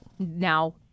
Now